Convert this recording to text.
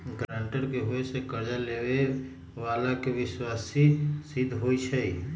guarantor के होय से कर्जा लेबेय बला के विश्वासी सिद्ध होई छै